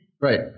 Right